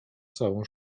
całą